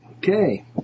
Okay